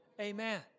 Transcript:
Amen